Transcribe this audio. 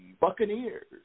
Buccaneers